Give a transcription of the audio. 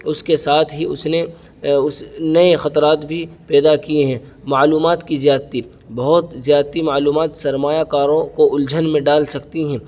اس کے ساتھ ہی اس نے اس نے خطرات بھی پیدا کیے ہیں معلومات کی زیادتی بہت زیادتی معلومات سرمایہ کاروں کو الجھن میں ڈال سکتی ہیں